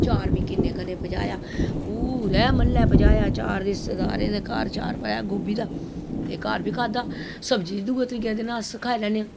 चार में किन्ने घरें पजाया पूरे म्हल्लै पजाया चार ते रिश्तेदारें दे घर पजाया चार गोबी दा ते घर बी खाद्धा सब्जी बी दुऐ त्रिऐ दिन अस खाई लैन्ने आं